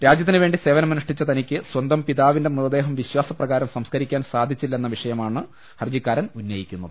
രാജ്യത്തിന് വേണ്ടി സേവനമനുഷ്ഠിച്ച തനിക്ക് സ്വന്തം പിതാവിന്റെ മൃതദേഹം വിശ്വാസ പ്രകാരം സംസ്കരിക്കാൻ സാധിച്ചില്ലെന്ന വിഷയമാണ് ഹർജിക്കാരൻ ഉന്നയിക്കുന്നത്